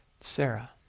Sarah